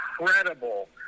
incredible